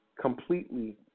Completely